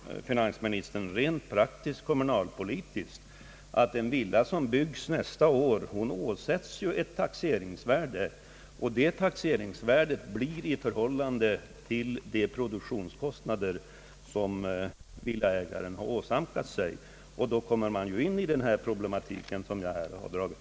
Rent praktiskt och kommunalpolitiskt, herr finansminister, åsätts ju en villa som byggs nästa år ett taxeringsvärde som står i förhållande till de produktionskostnader som villaägaren har åsamkats. Då kommer man ju in på den problematik som jag här har dragit